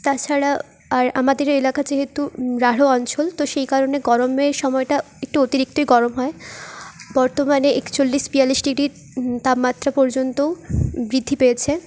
তাছাড়া আর আমাদের এ এলাকা যেহেতু রাঢ় অঞ্চল তো সেই কারণে গরমের সময়টা একটু অতিরিক্তই গরম হয় বর্তমানে একচল্লিশ বিয়াল্লিশ ডিগ্রি তাপমাত্রা পর্যন্তও বৃদ্ধি পেয়েছে